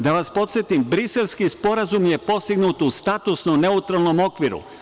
Da vas podsetim Briselski sporazum je postignut u statusno neutralnom okviru.